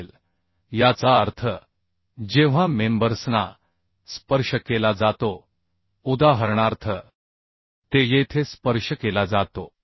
असेल याचा अर्थ जेव्हा मेंबर्सना स्पर्श केला जातो उदाहरणार्थ ते येथे स्पर्श केला जातो